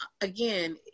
again